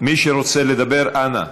מי שרוצה לדבר, אנא,